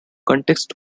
context